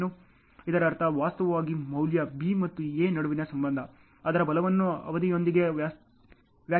ಇದರರ್ಥ ವಾಸ್ತವವಾಗಿ ಮೌಲ್ಯ B ಮತ್ತು A ನಡುವಿನ ಸಂಬಂಧ ಅದರ ಬಲವನ್ನು ಅವಧಿಯೊಂದಿಗೆ ವ್ಯಾಖ್ಯಾನಿಸಲಾಗಿದೆ